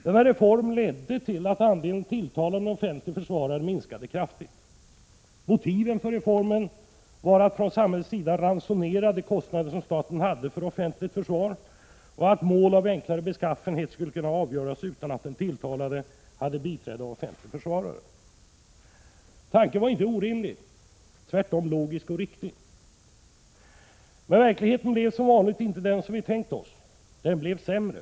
Denna reform ledde till att andelen tilltalade med offentlig försvarare minskade kraftigt. Motiven för reformen var att från samhällets sida ransonera de kostnader som staten hade för offentligt försvar och att mål av enklare beskaffenhet skulle kunna avgöras utan att den tilltalade hade biträde av offentlig försvarare. Tanken var inte orimlig, den såg tvärtom logisk och riktig ut. Men verkligheten blev som vanligt inte den som vi tänkt oss — den blev sämre.